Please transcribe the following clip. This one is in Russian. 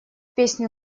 песню